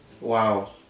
Wow